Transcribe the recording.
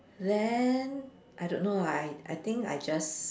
lamb I don't know lah I think I just